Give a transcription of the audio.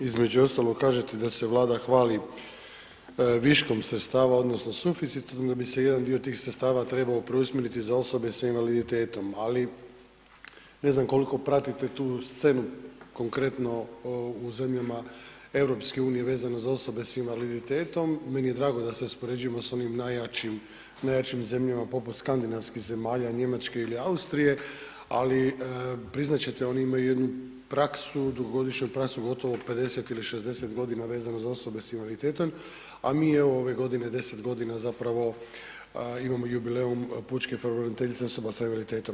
Između ostalog kažete da se Vlada hvali viškom sredstava odnosno suficitom da bi se jedan dio tih sredstava trebao preusmjeriti za osobe sa invaliditetom, ali, ne znam koliko pratite tu scenu, konkretno u zemljama EU vezano za osobe s invaliditetom, meni je drago da se uspoređujemo s onim najjačim zemljama poput skandinavskim zemalja, Njemačke ili Austrije, ali, priznat ćete, oni imaju jednu praksu, dugogodišnju praksu, gotovo 50 ili 60 godina vezano za osobe s invaliditetom, a mi evo, ove godine, 10 godina zapravo imamo jubileju Pučke pravobraniteljice osoba sa invaliditetom.